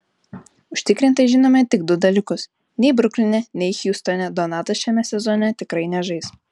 užtikrintai žinome tik du dalykus nei brukline nei hjustone donatas šiame sezone tikrai nežais